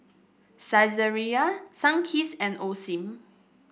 Saizeriya Sunkist and Osim